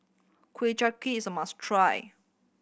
Ku Chai Kuih is a must try